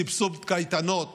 סבסוד קייטנות